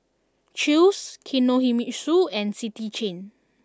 Chew's Kinohimitsu and City Chain